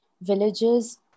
villages